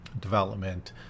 Development